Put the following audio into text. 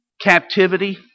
captivity